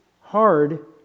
hard